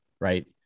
right